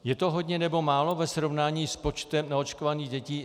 Je to hodně, nebo málo ve srovnání s počtem neočkovaných dětí?